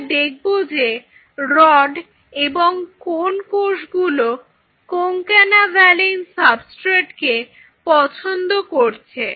আমরা দেখব যে রড্ এবং কোন্ কোষগুলো Concanavaline সাবস্ট্রেটকে পছন্দ করছে